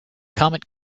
comet